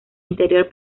interior